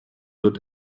wird